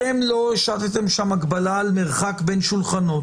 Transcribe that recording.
אתם לא השתתם שם הגבלה על מרחק בין שולחנות.